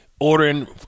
ordering